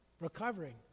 Recovering